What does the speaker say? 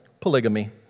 polygamy